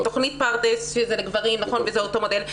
תכנית פרדס שזה לגברים וזה אותו מודל,